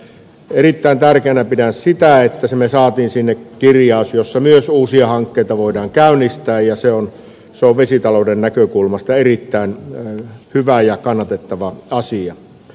erittäin tärkeänä pidän sitä että me saimme sinne kirjauksen jossa myös uusia hankkeita voidaan käynnistää ja se on vesitalouden näkökulmasta erittäin hyvä ja kannatettava asia